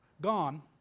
gone